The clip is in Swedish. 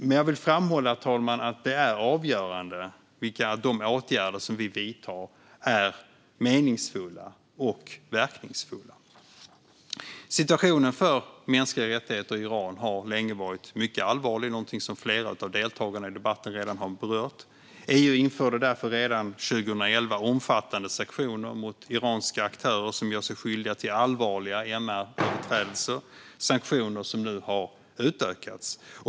Men jag vill, herr talman, framhålla att det är avgörande att de åtgärder vi vidtar är meningsfulla och verkningsfulla. Situationen för mänskliga rättigheter i Iran har länge varit mycket allvarlig, något som flera av deltagarna i debatten redan har berört. EU införde därför redan 2011 omfattande sanktioner mot iranska aktörer som gör sig skyldiga till allvarliga MR-överträdelser - sanktioner som nu har utökats.